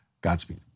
Godspeed